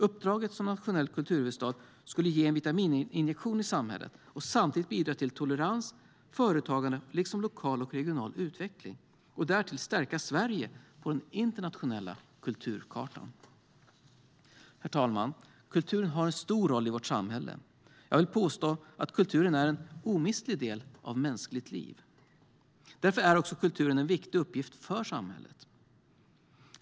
Uppdraget som nationell kulturhuvudstad skulle ge en vitamininjektion i samhället och samtidigt bidra till tolerans och företagande, liksom till lokal och regional utveckling, samt därtill stärka Sverige på den internationella kulturkartan. Herr talman! Kulturen har en stor roll i vårt samhälle. Jag vill påstå att kulturen är en omistlig del av mänskligt liv. Därför är också kulturen en viktig uppgift för samhället.